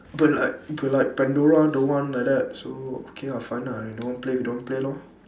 but like but like pandora don't want like that so okay ah fine ah you don't want play we don't want play lor